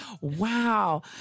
Wow